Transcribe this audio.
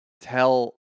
tell